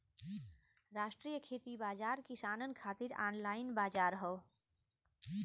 राष्ट्रीय खेती बाजार किसानन खातिर ऑनलाइन बजार हौ